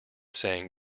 saying